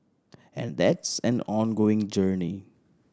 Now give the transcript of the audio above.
and that's an ongoing journey